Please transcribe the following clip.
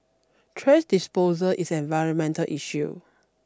thrash disposal is an environmental issue